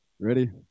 Ready